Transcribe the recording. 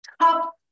top